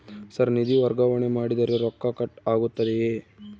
Sir ನಿಧಿ ವರ್ಗಾವಣೆ ಮಾಡಿದರೆ ರೊಕ್ಕ ಕಟ್ ಆಗುತ್ತದೆಯೆ?